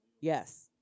Yes